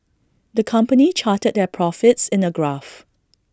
the company charted their profits in A graph